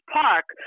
park